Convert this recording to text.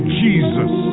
jesus